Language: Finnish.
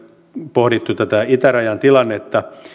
pohdittu tätä itärajan tilannetta